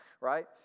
right